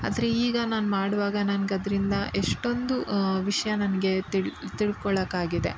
ಆದರೆ ಈಗ ನಾನು ಮಾಡುವಾಗ ನನ್ಗೆ ಅದರಿಂದ ಎಷ್ಟೊಂದು ವಿಷಯ ನನಗೆ ತಿಳಿ ತಿಳ್ಕೊಳ್ಳೋಕ್ಕಾಗಿದೆ